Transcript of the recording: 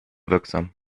wirksam